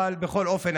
בכל אופן,